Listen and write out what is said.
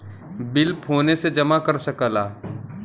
bill फोने से जमा कर सकला